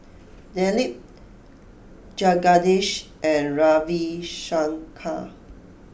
Dilip Jagadish and Ravi Shankar